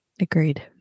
Agreed